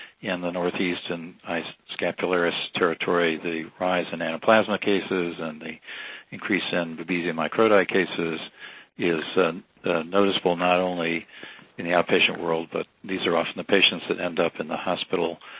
in the northeast and i-scapularis territory, the rise in anaplasma cases and the increase in babesia microti cases is noticeable not only in the outpatient world, but these are often the patients that end up in the hospital,